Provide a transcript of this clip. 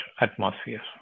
atmosphere